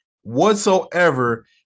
whatsoever